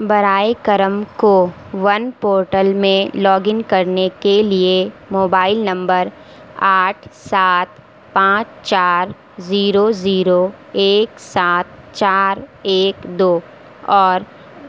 برائے کرم CoWIN portal میں لاگ ان کرنے کے لیے موبائل نمبر آٹھ سات پانچ چار زیرو زیرو ایک سات چار ایک دو اور